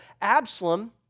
Absalom